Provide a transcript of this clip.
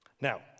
Now